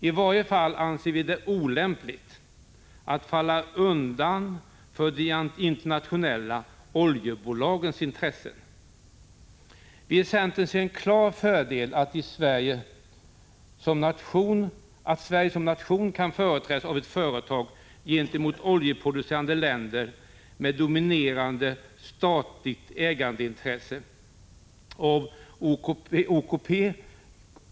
I varje fall anser vi det olämpligt att falla undan för de internationella oljebolagens intressen. Vi i centern ser en klar fördel i att Sverige som nation kan företrädas gentemot oljeproducerande länder av ett företag länder som har dominerande statligt ägandeintressen.